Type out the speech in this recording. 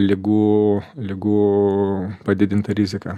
ligų ligų padidintą riziką